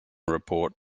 report